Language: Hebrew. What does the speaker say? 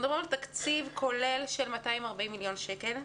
מדובר על תקציב כולל של 240 מיליון שקל.